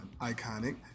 iconic